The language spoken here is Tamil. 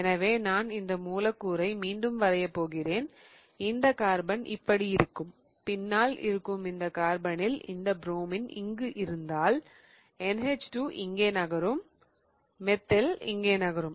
எனவே நான் இந்த மூலக்கூறை மீண்டும் வரையப் போகிறேன் இந்த கார்பன் இப்படி இருக்கும் பின்னால் இருக்கும் கார்பனில் இந்த புரோமின் இங்கு இருந்தால் NH2 இங்கே நகரும் மெத்தில் இங்கே நகரும்